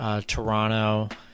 Toronto